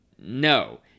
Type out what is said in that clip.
No